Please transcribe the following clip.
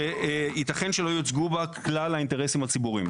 שייתכן שלא יוצגו בה כלל האינטרסים הציבוריים.